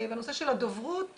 בנושא של הדוברות,